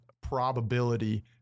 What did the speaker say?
probability